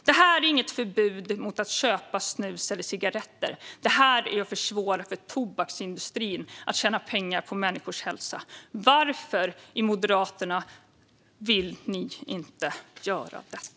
Detta är inget förbud mot att köpa snus eller cigaretter. Det handlar om att försvåra för tobaksindustrin att tjäna pengar på människor som riskerar sin hälsa. Varför vill Moderaterna inte göra detta?